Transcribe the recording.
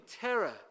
terror